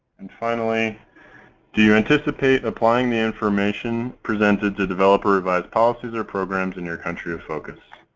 and finally do you anticipate applying the information presented to develop or revise policies or programs in your country of focus?